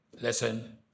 Listen